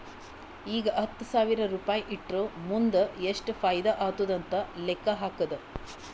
ಈಗ ಹತ್ತ್ ಸಾವಿರ್ ರುಪಾಯಿ ಇಟ್ಟುರ್ ಮುಂದ್ ಎಷ್ಟ ಫೈದಾ ಆತ್ತುದ್ ಅಂತ್ ಲೆಕ್ಕಾ ಹಾಕ್ಕಾದ್